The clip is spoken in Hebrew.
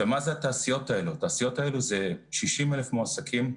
התעשיות האלה זה 60,000 מועסקים,